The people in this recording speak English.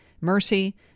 Mercy